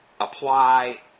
apply